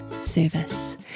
service